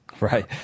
Right